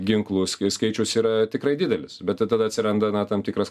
ginklų skai skaičius yra tikrai didelis bet tai tada atsiranda na tam tikras